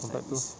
compared to